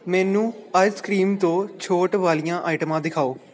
ਮੈਨੂੰ ice cream ਤੋਂ ਛੋਟ ਵਾਲੀਆਂ ਆਈਟਮਾਂ ਦਿਖਾਓ